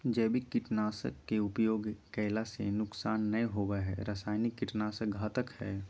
जैविक कीट नाशक के उपयोग कैला से नुकसान नै होवई हई रसायनिक कीट नाशक घातक हई